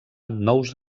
nous